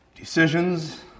Decisions